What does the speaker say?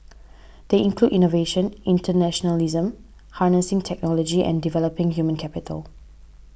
they include innovation internationalism harnessing technology and developing human capital